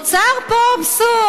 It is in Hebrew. כל הערבים, נוצר פה אבסורד.